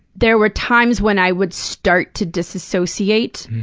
there were times when i would start to disassociate,